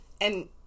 And-